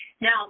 Now